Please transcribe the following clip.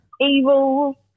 evil